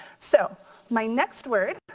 so my next word,